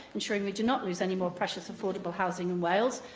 ensuring we do not lose any more precious affordable housing in wales.